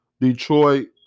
Detroit